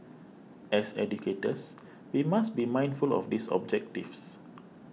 as educators we must be mindful of these objectives